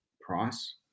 price